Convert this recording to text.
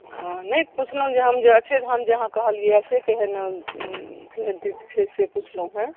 हँ नहि पुछलहुँ जे हम जे अक्षरधाम जे अहाँ कहलियैए से केहन केहन तीर्थ छै से पुछलहुँ हेँ